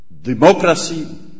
Democracy